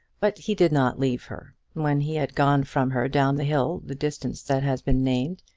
but he did not leave her. when he had gone from her down the hill the distance that has been named,